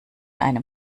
einem